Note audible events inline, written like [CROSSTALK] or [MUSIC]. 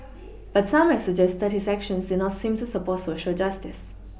[NOISE] but some have suggested his actions did not seem to support Social justice